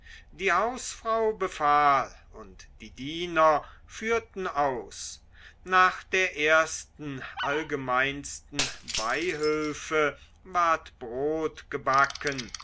die hausfrau befahl und die diener führten aus nach der ersten allgemeinsten beihülfe ward brot gebacken